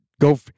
go